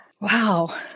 Wow